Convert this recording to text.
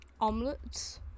omelets